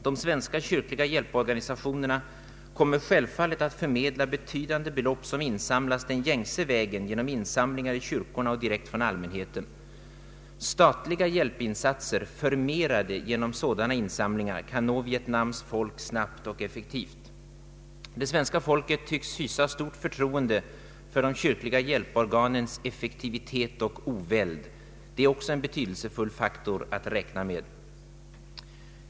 De svenska kyrkliga hjälporganisationerna kommer självfallet att förmedla betydande belopp som insamlats den gängse vägen genom kollekter i kyrkorna och direkt bland allmänheten. Statliga hjälpinsatser, förmerade genom sådana insatser, kan snabbt och effektivt nå Vietnams folk. Svenska folket tycks hysa stort förtroende för de kyrkliga hjälporganens effektivitet och oväld. Det är också en betydelsefull faktor att räkna med.